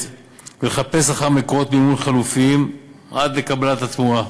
ולחפש מקורות מימון חלופיים עד לקבלת התמורה.